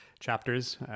chapters